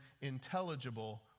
intelligible